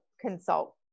consult